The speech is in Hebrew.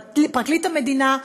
פרקליט המדינה,